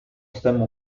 stemma